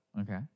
Okay